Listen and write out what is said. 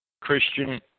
Christian